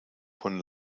von